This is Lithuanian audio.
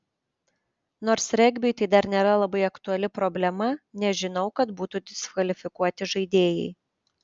nors regbiui tai dar nėra labai aktuali problema nežinau kad būtų diskvalifikuoti žaidėjai